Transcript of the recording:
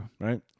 Right